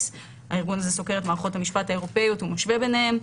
הארגון הזה סוקר את מערכות המשפט האירופאיות ומשווה ביניהן.